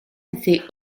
était